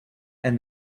and